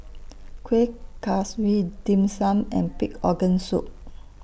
Kuih Kaswi Dim Sum and Pig Organ Soup